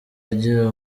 agira